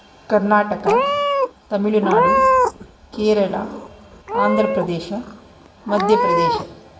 Karnataka Tamil Nadu Kerala Andhra Pradesh Madhya Pradesh